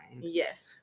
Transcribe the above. Yes